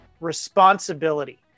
responsibility